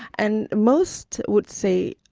and most would say,